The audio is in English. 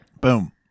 Boom